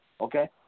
okay